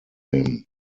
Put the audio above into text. him